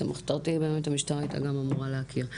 את המחתרתי באמת המשטרה הייתה גם אמורה להכיר.